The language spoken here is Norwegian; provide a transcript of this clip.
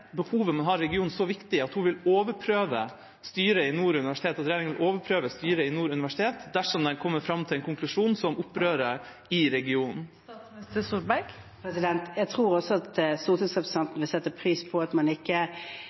så viktig at regjeringa vil overprøve styret i Nord universitet dersom det kommer fram til en konklusjon som opprører i regionen. Jeg tror også stortingsrepresentanten vil sette pris på at man ikke